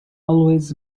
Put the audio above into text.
always